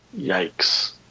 Yikes